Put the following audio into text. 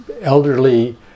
elderly